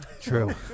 True